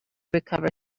recover